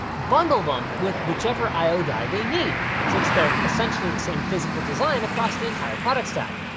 bundled them with whichever i o die they need since they're essentially the same physical design across the entire product stack.